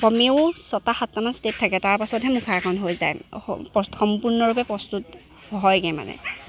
কমেও ছটা সাতটামান ষ্টেপ থাকে তাৰ পাছতহে মুখা এখন হৈ যায় সম্পূৰ্ণৰূপে প্ৰস্তুত হয়গৈ মানে